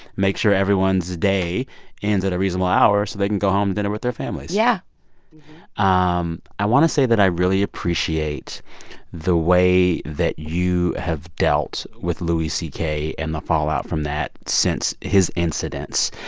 make sure everyone's day ends at a reasonable hour so they can go home dinner with their families yeah um i want to say that i really appreciate the way that you have dealt with louis c k. and the fallout from that since his incidents,